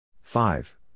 Five